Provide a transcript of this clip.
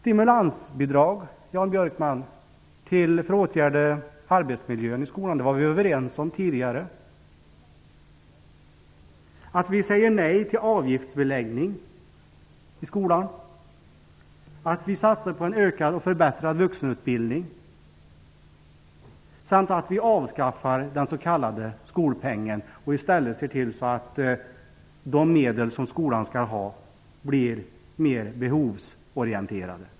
Vi var tidigare överens om stimulansbidrag för att åtgärda arbetsmiljön i skolan, Jan Björkman, att vi säger nej till avgiftsbeläggning i skolan, att vi satsar på en ökad och förbättrad vuxenutbildning samt att vi avskaffar den s.k. skolpengen och i stället ser till att de medel som skolan skall ha blir mer behovsorienterade.